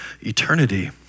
eternity